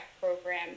program